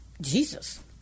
Jesus